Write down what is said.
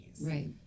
Right